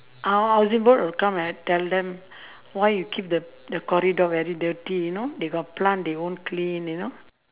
ah housing board will come and tell them why you keep the corridor very dirty you know they got plant they won't clean you know